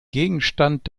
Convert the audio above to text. gegenstand